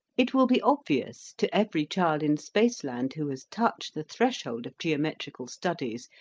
it will be obvious, to every child in spaceland who has touched the threshold of geometrical studies,